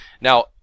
Now